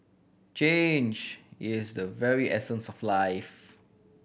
change is the very essence of life